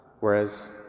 Whereas